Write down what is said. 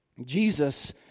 Jesus